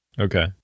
Okay